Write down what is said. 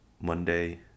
monday